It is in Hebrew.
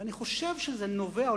אני חושב שזה נובע,